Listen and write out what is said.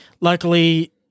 luckily